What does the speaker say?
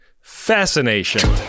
Fascination